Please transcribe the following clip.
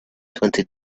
twenty